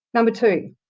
number two,